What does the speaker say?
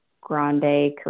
Grande